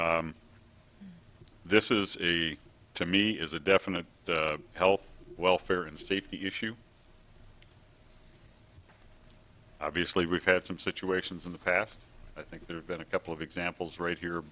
this is a to me is a definite health welfare and safety issue obviously we've had some situations in the past i think there have been a couple of examples right here